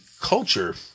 culture